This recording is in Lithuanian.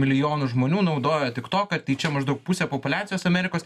milijonų žmonių naudoja tiktoką tai čia maždaug pusė populiacijos amerikos